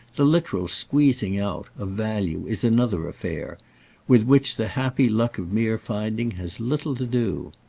the literal squeezing-out, of value is another affair with which the happy luck of mere finding has little to do.